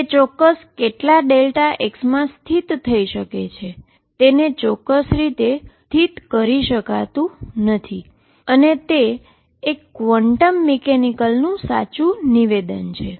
તેને ચોક્કસ રીતે સ્થિત કરી શકાતું નથી અને તે એક ક્વોન્ટમ મિકેનિકલનું સાચું નિવેદન છે